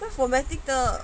informatic 的